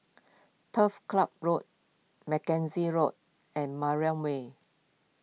Turf Ciub Road Mackenzie Road and Mariam Way